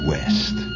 West